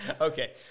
Okay